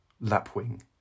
Lapwing